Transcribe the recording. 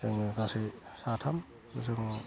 जोङो गासै साथाम जों